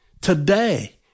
Today